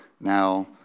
now